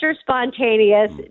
Spontaneous